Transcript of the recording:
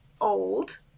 old